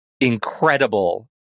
incredible